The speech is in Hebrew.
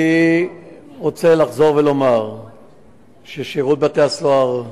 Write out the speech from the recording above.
אני רוצה לחזור ולומר ששירות בתי-הסוהר,